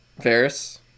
Varys